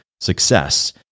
success